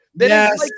Yes